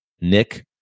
Nick